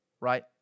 right